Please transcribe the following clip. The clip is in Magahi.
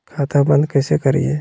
खाता बंद कैसे करिए?